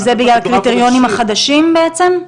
וזה בגלל הקריטריונים החדשים בעצם?